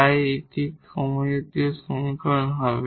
তাই এটি হোমোজিনিয়াস সমীকরণ হবে